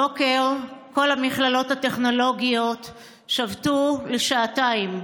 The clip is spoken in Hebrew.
הבוקר כל המכללות הטכנולוגיות שבתו לשעתיים,